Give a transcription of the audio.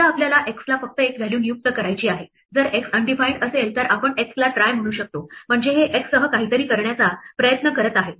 समजा आपल्याला x ला फक्त एक व्हॅल्यू नियुक्त करायची आहे जर x undefined असेल तर आपण x ला try म्हणू शकतो म्हणजे हे x सह काहीतरी करण्याचा प्रयत्न करत आहे